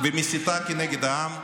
ומסיתה כנגד העם,